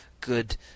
good